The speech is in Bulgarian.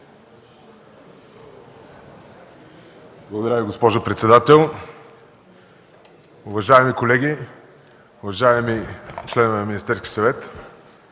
Благодаря, госпожо председател. Уважаеми колеги, уважаеми членове на Министерския съвет!